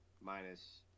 Minus